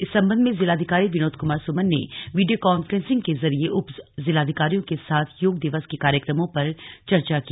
इस संबंध में जिलाधिकारी विनोद कुमार सुमन ने वीडियो कॉन्फ्रेंसिंग के जरिए उप जिलाधिकारियों के साथ योग दिवस के कार्यक्रमों पर चर्चा की